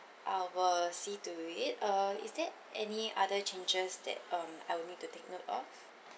I will see to it uh is there any other changes that um I will need to take note of